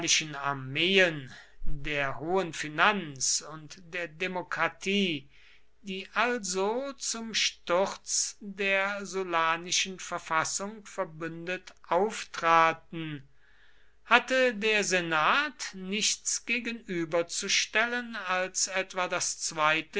armeen der hohen finanz und der demokratie die also zum sturz der sullanischen verfassung verbündet auftraten hatte der senat nichts gegenüberzustellen als etwa das zweite